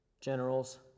generals